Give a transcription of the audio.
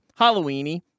Halloweeny